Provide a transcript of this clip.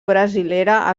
brasilera